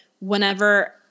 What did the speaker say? whenever